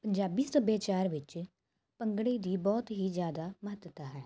ਪੰਜਾਬੀ ਸੱਭਿਆਚਾਰ ਵਿੱਚ ਭੰਗੜੇ ਦੀ ਬਹੁਤ ਹੀ ਜ਼ਿਆਦਾ ਮਹੱਤਤਾ ਹੈ